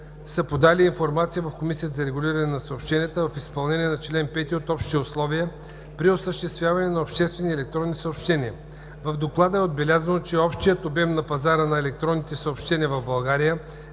са подали информация в Комисията за регулиране на съобщенията в изпълнение на чл. 5 от Общите условия при осъществяване на обществени електронни съобщения. В доклада е отбелязано, че общият обем на пазара на електронни съобщения в България